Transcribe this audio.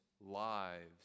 lives